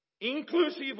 inclusive